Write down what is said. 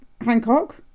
hancock